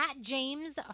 James